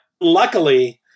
luckily-